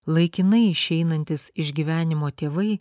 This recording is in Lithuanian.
laikinai išeinantys iš gyvenimo tėvai